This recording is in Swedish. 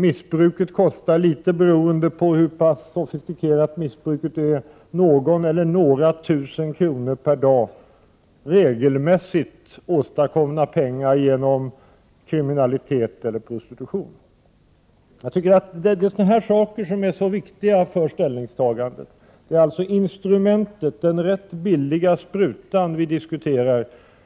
Missbruket kostar — beroende på hur pass sofistikerat det är — någon eller några tusen kronor per dag. Pengarna har regelmässigt åstadkommits genom kriminalitet eller prostitution. Dessa förhållanden är viktiga för ställningstagandet. Vi diskuterar således instrumentet, den ganska billiga sprutan,